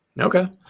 Okay